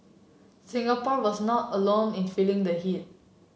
Singapore was not alone in feeling the heat